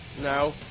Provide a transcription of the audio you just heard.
No